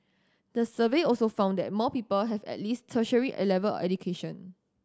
the survey also found that more people have at least tertiary level education